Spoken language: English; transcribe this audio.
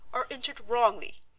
are entered wrongly.